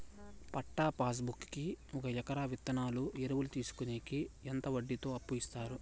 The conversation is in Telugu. పట్టా పాస్ బుక్ కి ఒక ఎకరాకి విత్తనాలు, ఎరువులు తీసుకొనేకి ఎంత వడ్డీతో అప్పు ఇస్తారు?